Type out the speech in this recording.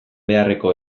beharreko